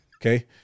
Okay